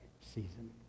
season